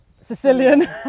Sicilian